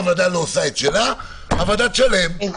אם הוועדה לא עושה את שלה, הוועדה תשלם.